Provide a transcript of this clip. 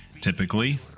typically